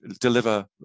deliver